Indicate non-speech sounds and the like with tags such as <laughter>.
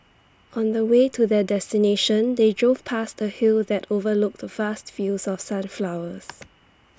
on the way to their destination they drove past A hill that overlooked vast fields of sunflowers <noise>